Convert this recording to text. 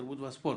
התרבות והספורט